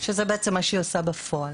שזה מה שהיא עושה בפועל.